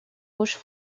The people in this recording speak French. rouges